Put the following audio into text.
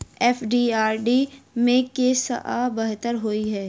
FD आ RD मे केँ सा बेहतर होइ है?